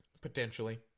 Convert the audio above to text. Potentially